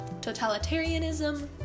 Totalitarianism